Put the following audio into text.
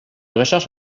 recherche